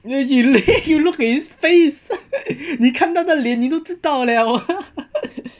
you you you look his face 你看到他的脸你都知道 liao